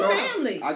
family